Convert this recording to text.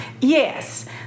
Yes